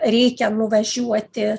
reikia nuvažiuoti